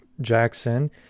Jackson